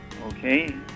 okay